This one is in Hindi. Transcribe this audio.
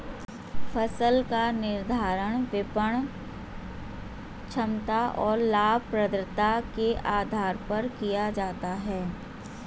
फसल का निर्धारण विपणन क्षमता और लाभप्रदता के आधार पर किया जाता है